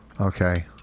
Okay